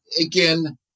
again